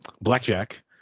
blackjack